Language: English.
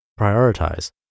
prioritize